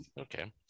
okay